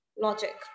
logic